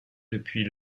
depuis